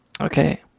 Okay